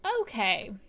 okay